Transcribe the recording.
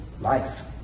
life